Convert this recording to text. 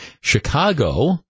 Chicago